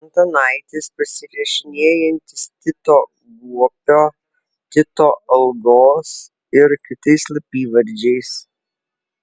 antanaitis pasirašinėjantis tito guopio tito algos ir kitais slapyvardžiais